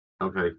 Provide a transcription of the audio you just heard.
Okay